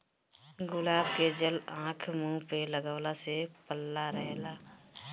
गुलाब के जल आँख, मुंह पे लगवला से पल्ला रहेला